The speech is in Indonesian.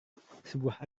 sebuah